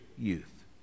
youth